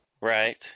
Right